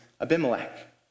Abimelech